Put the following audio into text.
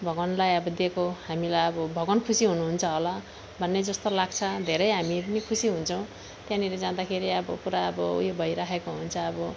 भगवानलाई अब दिएको हामीलाई अब भगवान् खुसी हुनुहुन्छ होला भन्ने जस्तो लाग्छ धेरै हामी पनि खुसी हुन्छौँ त्यहाँनिर जाँदाखेरि अब पुरा अब ऊ यो भइराखेको हुन्छ अब